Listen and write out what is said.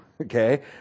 okay